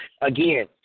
Again